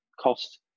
cost